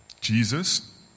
Jesus